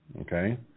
okay